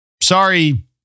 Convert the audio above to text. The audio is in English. Sorry